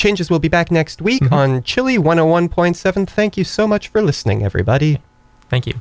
changes we'll be back next week on chile one a one point seven thank you so much for listening everybody thank you